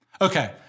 Okay